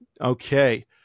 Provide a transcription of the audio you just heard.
Okay